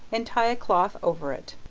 and tie a cloth over it.